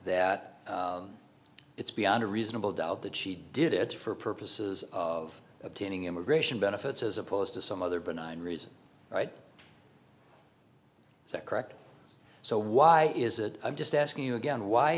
that it's beyond a reasonable doubt that she did it for purposes of obtaining immigration benefits as opposed to some other benign reason right is that correct so why is it i'm just asking you again why